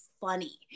funny